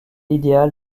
l’idéal